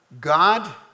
God